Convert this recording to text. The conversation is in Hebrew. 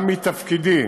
גם מתפקידי,